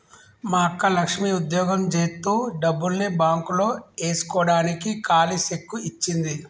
మా అక్క లక్ష్మి ఉద్యోగం జేత్తు డబ్బుల్ని బాంక్ లో ఏస్కోడానికి కాలీ సెక్కు ఇచ్చింది